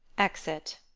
exit